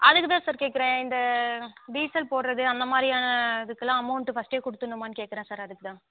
அதுக்குத்தான் சார் கேட்குறன் இந்த டீசல் போடுகிறது அந்தமாதிரியான இதுக்குலாம் அமௌண்ட்டு ஃபர்ஸ்ட்டே கொடுத்துட்னுமானு கேட்குறன் சார் அதுக்குதான்